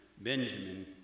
Benjamin